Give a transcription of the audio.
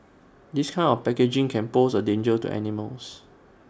this kind of packaging can pose A danger to animals